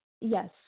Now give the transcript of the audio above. Yes